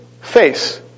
face